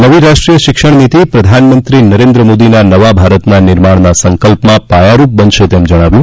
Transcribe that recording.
નવી રાષ્ટ્રીય શિક્ષણનીતિ પ્રધાનમંત્રી નરેન્દ્ર મોદીના નવા ભારતના નિર્માણના સંકલ્પમાં પાયારૂપ બનશે તેમ જણાવ્યું